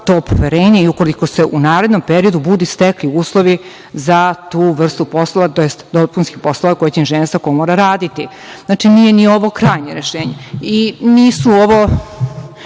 to poverenje i ukoliko se u narednom periodu budu stekli uslovi za tu vrstu poslova, tj. dopunskih poslova koje će inženjerska komora raditi. Znači, nije ovo krajnje rešenje i nisu ovo